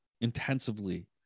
intensively